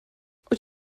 wyt